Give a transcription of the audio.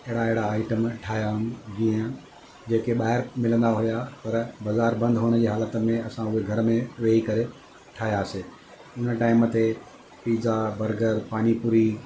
अहिड़ा अहिड़ा आइटम ठाहियमि जीअं जेके ॿाहिरि मिलंदा हुया पर बाज़ारि बंदि हुअण जी हालत में असां उहे घर में वेही करे ठाहियासे हुन टाइम ते पिज़ा बर्गर पानीपूरी